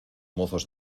mozos